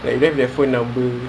they left their phone